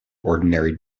ordinary